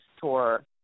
tour